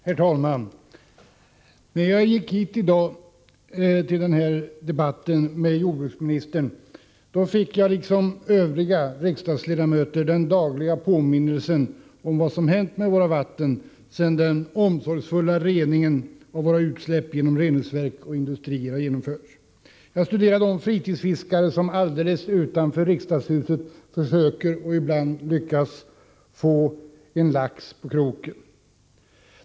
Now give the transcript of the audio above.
Herr talman! När jag gick hit i dag till debatten med jordbruksministern fick jag liksom övriga riksdagsledamöter den dagliga påminnelsen om vad som har hänt med våra vatten sedan den omsorgsfulla reningen av utsläpp genom reningsverk har genomförts. Industriernas utsläpp har ju också minskat. Jag studerade de fritidsfiskare som alldeles utanför riksdagshuset försöker och ibland lyckas få en lax på kroken.